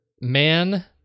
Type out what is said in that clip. man